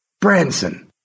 Branson